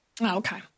Okay